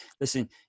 listen